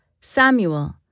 Samuel